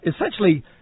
essentially